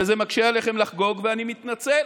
וזה מקשה עליכם לחגוג, ואני מתנצל.